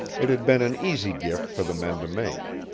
it had been an easy gift for the men to make.